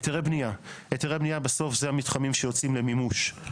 היתרי הבנייה, בסוף זה המתחמים שיוצאים למימוש.